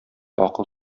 акыл